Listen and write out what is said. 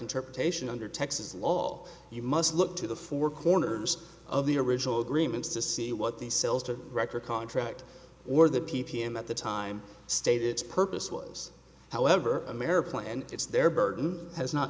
interpretation under texas law you must look to the four corners of the original agreements to see what the sales to record contract or the p p m at the time stated its purpose was however a mare plan and it's their burden has not